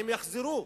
אני אזמין